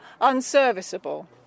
unserviceable